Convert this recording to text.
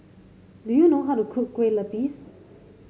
do you know how to cook Kue Lupis